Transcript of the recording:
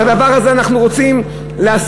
את הדבר הזה אנחנו רוצים להסיר,